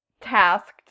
tasked